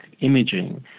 imaging